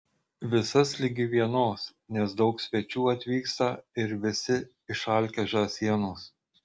visas ligi vienos nes daug svečių atvyksta ir visi išalkę žąsienos